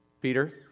Peter